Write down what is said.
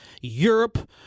Europe